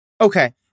Okay